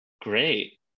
Great